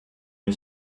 une